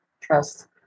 trust